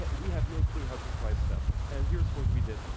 yeah we have no clue how to price stuff and here's what we did.